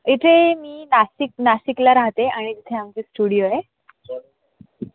इथे मी नाशिक नाशिकला राहते आणि तिथे आमचे स्टुडियो आहे